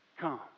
come